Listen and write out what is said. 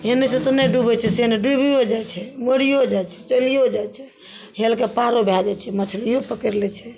एहन नहि छै ओसब नहि डूबय छै से नहि डूबियो जाइ छै मरियो जाइ छै चलियो जाइ छै हेलके पारो भए जाइ छै मछलिये पकड़ि लै छै